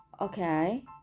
okay